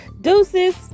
Deuces